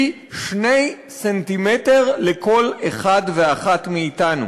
הוא 2 סנטימטרים לכל אחד ואחת מאתנו.